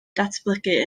datblygu